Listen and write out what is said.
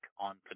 on